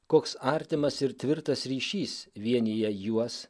koks artimas ir tvirtas ryšys vienija juos